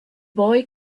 boy